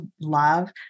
love